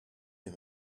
him